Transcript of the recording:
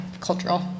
cultural